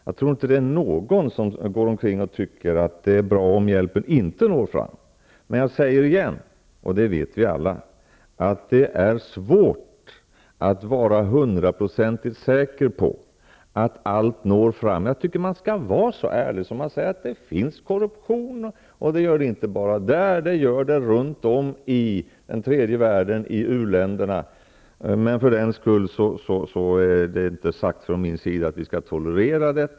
Jag tror inte att det finns någon som tycker att det är bra om hjälpen inte når fram. Men jag säger återigen -- och det vet vi alla -- att det är svårt att vara hundraprocentigt säker på att allt når fram. Jag tycker att man skall vara så ärlig att man kan säga att det finns korruption. Det finns runt om i tredje världen i u-länderna. För den skull har jag inte sagt att den skall tolereras.